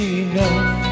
enough